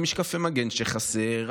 על משקפי מגן שחסרים,